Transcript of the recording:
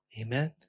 Amen